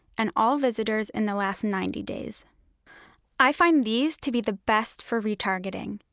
and all visitors in the last ninety days i find these to be the best for retargeting.